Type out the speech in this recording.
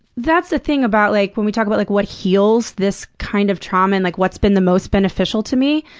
that's the thing about, like, when we talk about, like, what heals this kind of trauma and, like, what's been the most beneficial to me,